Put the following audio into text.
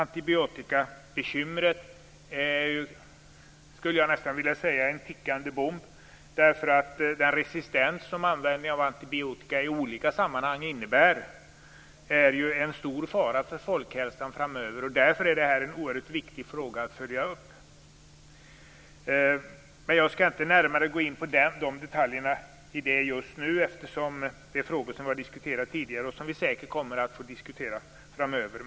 Jag skulle nästan vilja säga att antibiotikabekymret är en tickande bomb. Den resistens som användning av antibiotika i olika sammanhang medför, är ju en stor fara för folkhälsan framöver. Därför är denna fråga oerhört viktig att följa upp. Jag skall inte närmare gå in på detaljerna just nu eftersom det är frågor som vi diskuterat tidigare och som vi säkert kommer att få diskutera framöver.